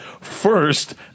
First